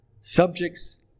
subjects